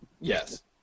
Yes